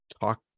talk